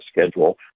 schedule